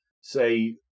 say